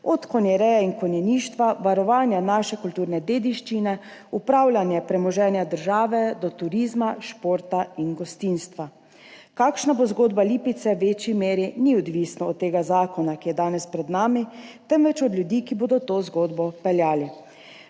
od konjereje in konjeništva, varovanja naše kulturne dediščine, upravljanja premoženja države do turizma, športa in gostinstva. Kakšna bo zgodba Lipice, v večji meri ni odvisno od tega zakona, ki je danes pred nami, temveč od ljudi, ki bodo to zgodbo peljali.